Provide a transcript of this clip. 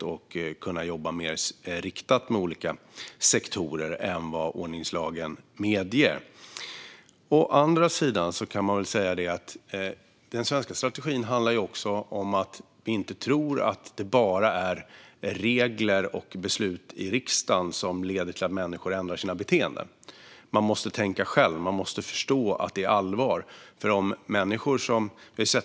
Det handlar om att vi ska kunna jobba mer riktat mot olika sektorer än vad ordningslagen medger. Å andra sidan kan man väl säga att den svenska strategin handlar om att vi inte tror att det bara är regler och beslut i riksdagen som leder till att människor ändrar sina beteenden. Människor måste tänka själva och förstå att det är allvar.